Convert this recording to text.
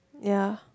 ya